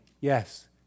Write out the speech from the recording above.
yes